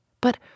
But